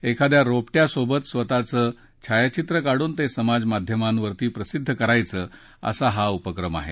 एखाद्या रोपट्यासोबत स्वतःचं छायाचित्र काढून ते समाजमाध्यमांवर प्रसिद्ध करायचं असां हा उपक्रम आहे